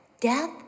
Death